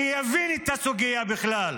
שיבין את הסוגיה בכלל?